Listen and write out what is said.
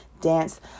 dance